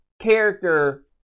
character